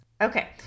Okay